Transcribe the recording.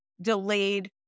delayed